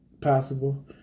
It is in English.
possible